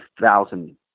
thousand